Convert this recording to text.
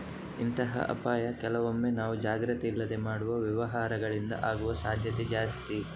ಇಂತಹ ಅಪಾಯ ಕೆಲವೊಮ್ಮೆ ನಾವು ಜಾಗ್ರತೆ ಇಲ್ಲದೆ ಮಾಡುವ ವ್ಯವಹಾರಗಳಿಂದ ಆಗುವ ಸಾಧ್ಯತೆ ಜಾಸ್ತಿ